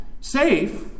safe